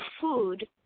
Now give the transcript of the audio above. food